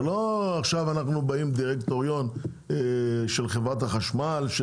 זה לא עכשיו אנחנו באים לדירקטוריון של חברת החשמל.